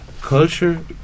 culture